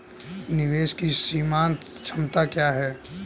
निवेश की सीमांत क्षमता क्या है?